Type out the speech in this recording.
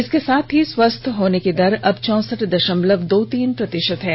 इसके साथ ही स्वस्थ होने की दर अब चौंसठ दशमलव दो तीन प्रतिशत हो गयी है